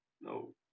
No